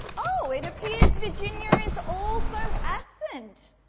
oh, it appears virginia is also absent,